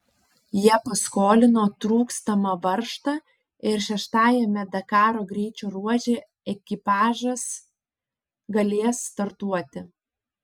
jie paskolino trūkstamą varžtą ir šeštajame dakaro greičio ruože ekipažas galės startuoti